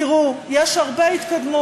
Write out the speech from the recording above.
תראו, יש התקדמות